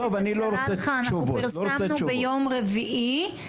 אנחנו פרסמנו ביום רביעי,